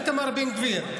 איתמר בן גביר.